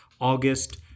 August